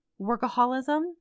workaholism